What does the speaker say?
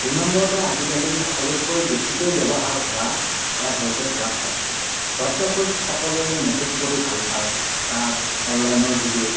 দুই নম্বৰতে আজিকালি সকলোতকৈ বেছিকৈ ব্যৱহাৰ হোৱা এপ হৈছে হোৱাট্চআপ হোৱাট্চআপত সকলোৱে মেছেজ কৰি ভাল পায় তাত অনলাইনৰ যোগে